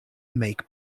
make